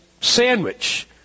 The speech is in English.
sandwich